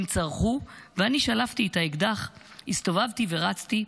הם צרחו ואני שלפתי את האקדח, הסתובבתי ורצתי.